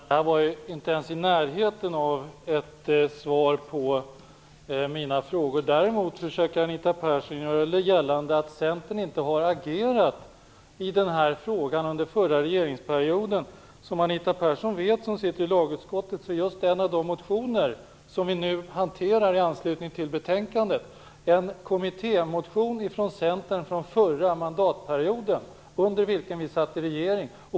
Herr talman! Det här var inte ens i närheten av ett svar på mina frågor. Däremot försöker Anita Persson göra gällande att Centern inte hade agerat i den här frågan under den förra regeringsperioden. Som Anita Persson vet - hon sitter ju i lagutskottet - är en av de motioner som vi nu behandlar i anslutning till betänkandet en kommittémotion från Centern från den förra mandatperioden.